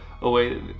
away